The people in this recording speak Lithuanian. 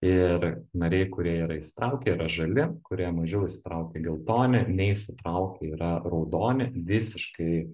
ir nariai kurie yra įsitraukę yra žali kurie mažiau įsitraukę geltoni neįsitraukę yra raudoni visiškai